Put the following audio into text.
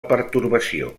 pertorbació